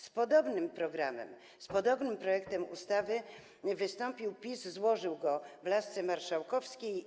Z podobnym programem, z podobnym projektem ustawy wystąpił PiS, złożył go w lasce marszałkowskiej.